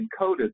encoded